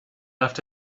left